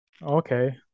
Okay